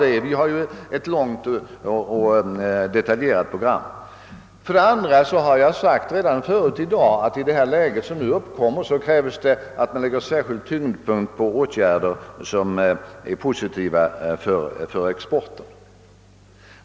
Nej, vi har ett långt och detaljerat program. För det andra har jag redan tidigare i dag understrukit att det i det läge, som nu uppkommit, på kort sikt krävs att man fäster vikt vid åtgärder vilka är positiva för exporten.